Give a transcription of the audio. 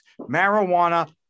marijuana